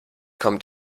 kommt